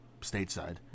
stateside